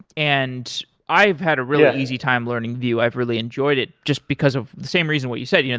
and i've had a really easy time learning view. i've really enjoyed it, just because of the same reason what you said, you know